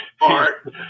art